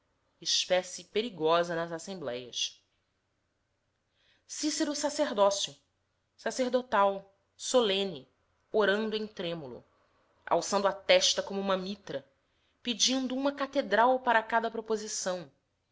espécie perigosa nas assembléias cícero sacerdócio sacerdotal solene orando em trêmulo alçando a testa como uma mitra pedindo uma catedral para cada proposição